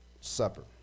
supper